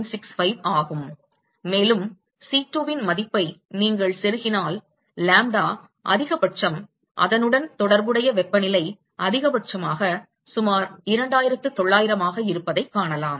965 ஆகும் மேலும் C2 இன் மதிப்பை நீங்கள் செருகினால் லாம்ப்டா அதிகபட்சம் அதனுடன் தொடர்புடைய வெப்பநிலை அதிகபட்சமாக சுமார் 2900 ஆக இருப்பதைக் காணலாம்